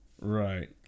Right